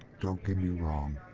don't get me wrong,